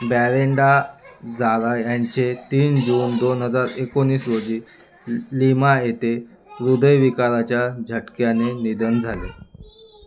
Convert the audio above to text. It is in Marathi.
बॅरेंडा जारा यांचे तीन जून दोन हजार एकोनीस रोजी लिमा येथे हृदयविकाराच्या झटक्याने निधन झाले